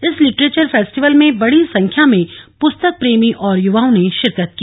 इस literature festival में बड़ी संख्या में पुस्तक प्रेमी और युवाओं ने शिरकत की